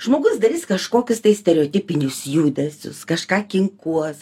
žmogus darys kažkokius tai stereotipinius judesius kažką kinkuos